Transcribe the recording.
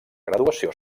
graduació